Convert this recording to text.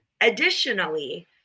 Additionally